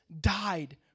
died